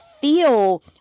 feel